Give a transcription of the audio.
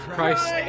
Christ